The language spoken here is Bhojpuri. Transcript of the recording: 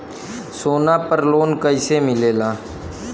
सोना पर लो न कइसे मिलेला?